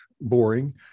boring